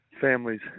families